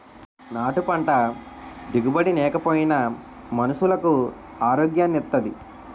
నాటు పంట దిగుబడి నేకపోయినా మనుసులకు ఆరోగ్యాన్ని ఇత్తాది